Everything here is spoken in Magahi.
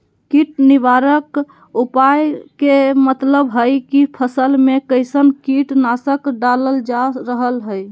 कीट निवारक उपाय के मतलव हई की फसल में कैसन कीट नाशक डालल जा रहल हई